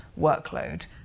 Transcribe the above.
workload